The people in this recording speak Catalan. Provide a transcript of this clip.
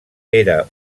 era